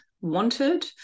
wanted